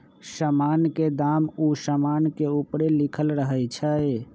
समान के दाम उ समान के ऊपरे लिखल रहइ छै